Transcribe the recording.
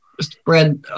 Spread